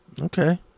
Okay